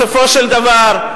בסופו של דבר,